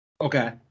Okay